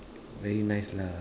very nice lah